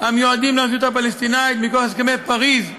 הכספים המיועדים לרשות הפלסטינית מכוח הסכמי פריז,